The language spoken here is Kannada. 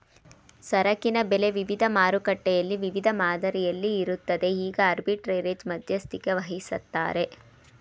ಸರಕಿನ ಬೆಲೆ ವಿವಿಧ ಮಾರುಕಟ್ಟೆಯಲ್ಲಿ ವಿವಿಧ ಮಾದರಿಯಲ್ಲಿ ಇರುತ್ತದೆ ಈಗ ಆರ್ಬಿಟ್ರೆರೇಜ್ ಮಧ್ಯಸ್ಥಿಕೆವಹಿಸತ್ತರೆ